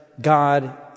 God